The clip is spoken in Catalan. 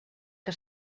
que